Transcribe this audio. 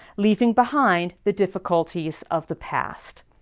leaving behind the difficulties of the past.